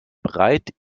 bereit